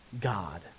God